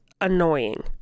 annoying